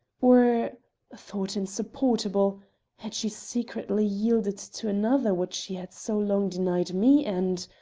or thought insupportable had she secretly yielded to another what she had so long denied me and